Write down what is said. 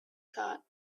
thought